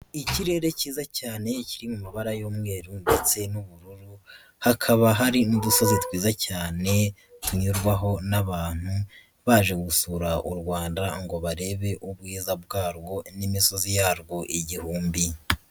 Ikirere cyiza cyane kiri mu mabara y'umweru ndetse n'ubururu, hakaba hari n'udusozi twiza cyane tunyurwaho n'abantu baje gusura u Rwanda ngo barebe ubwiza bwarwo n'imisozi yarwo igihumbi.